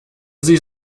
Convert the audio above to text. sie